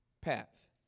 path